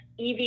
EV